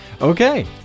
Okay